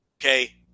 okay